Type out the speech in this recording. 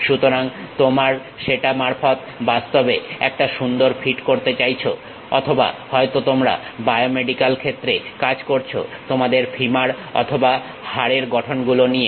সুতরাং তোমরা সেটা মারফত বাস্তবে একটা সুন্দর ফিট করতে চাইছো অথবা হয়তো তোমরা বায়োমেডিক্যাল ক্ষেত্রে কাজ করছো তোমাদের ফিমার অথবা হাড়ের গঠন গুলো নিয়ে